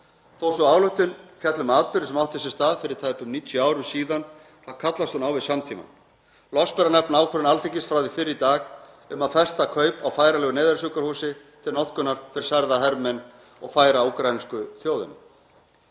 Þó sú ályktun fjalli um atburði sem áttu sér stað fyrir tæpum 90 árum síðan þá kallast hún á við samtímann. Loks ber að nefna ákvörðun Alþingis frá því fyrr í dag um festa kaup á færanlegu neyðarsjúkrahúsi til notkunar fyrir særða hermenn og færa úkraínsku þjóðinni.